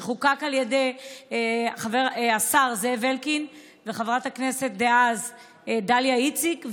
שחוקק על ידי השר זאב אלקין וחברת הכנסת דאז דליה איציק,